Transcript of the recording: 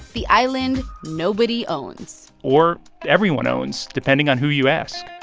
the island nobody owns. or everyone owns, depending on who you ask.